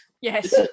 Yes